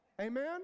Amen